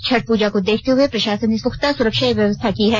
छठ पूजा को देखते प्रशासन ने पुख्ता सुरक्षा व्यवस्था की है